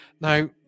now